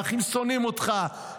האחים שונאים אותך,